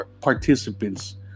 participants